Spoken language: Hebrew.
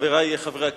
חברי חברי הכנסת,